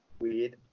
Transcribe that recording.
weird